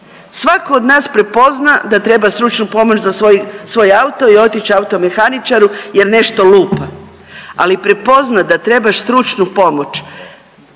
Svako od nas prepozna da treba stručnu pomoć za svoj auto i otići će automehaničaru jer nešto lupa, ali prepoznati da trebaš stručnu pomoć